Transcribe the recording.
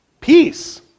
Peace